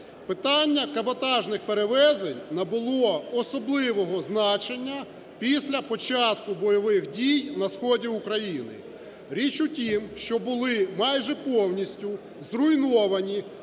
Питання каботажних перевезень набуло особливого значення після початку бойових дій на сході України. Річ у тім, що були майже повністю зруйновані